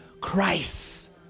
Christ